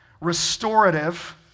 restorative